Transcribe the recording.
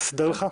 לסדר לך?